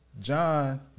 John